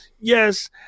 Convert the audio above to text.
yes